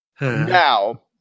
Now